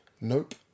Nope